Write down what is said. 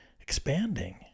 expanding